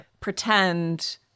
pretend